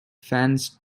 fans